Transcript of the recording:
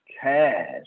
cash